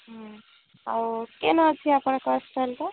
ହୁଁ ଆଉ କେନ ଅଛି ଆପଣଙ୍କ ଷ୍ଟଲ୍ ଟା